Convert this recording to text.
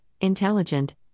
intelligent